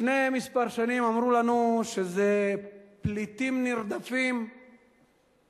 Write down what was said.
לפני כמה שנים אמרו לנו שאלה פליטים נרדפים בסודן,